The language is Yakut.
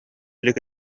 илик